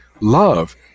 love